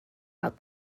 out